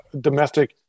domestic